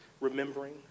remembering